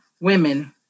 women